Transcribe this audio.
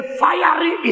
fiery